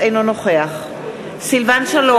אינו נוכח סילבן שלום,